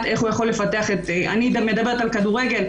איך הוא יכול לפתח אני מדברת על כדורגל,